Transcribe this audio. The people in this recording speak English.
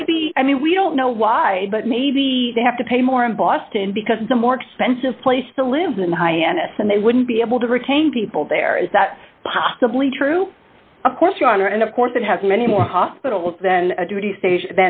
maybe i mean we don't know why but maybe they have to pay more in boston because it's a more expensive place to live in hyannis and they wouldn't be able to retain people there is that possibly true of course ron and of course it has many more hospitals than a duty station